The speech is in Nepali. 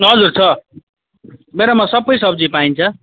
हजुर छ मेरोमा सबै सब्जी पाइन्छ